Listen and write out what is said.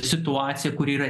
situaciją kuri yra